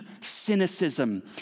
cynicism